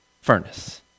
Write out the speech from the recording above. furnace